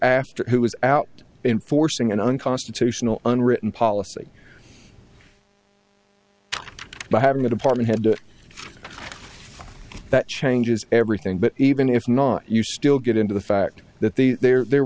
asked who was out in forcing an unconstitutional unwritten policy by having the department head to that changes everything but even if not you still get into the fact that the there were